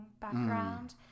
background